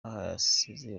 bahasize